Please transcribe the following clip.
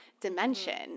dimension